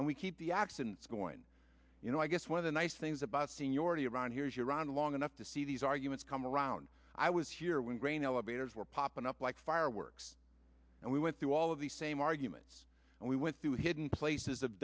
and we keep the accidents going you know i guess one of the nice things about seniority around here is you're around long enough to see these arguments come around i was here when grain elevators were popping up like fireworks and we went through all of the same arguments and we went through hidden places of